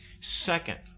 Second